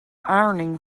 ironing